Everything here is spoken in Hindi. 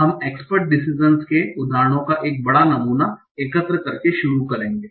हम एक्सपर्ट डीसीजन्स के उदाहरणों का एक बड़ा नमूना एकत्र करके शुरू करेंगे